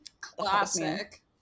Classic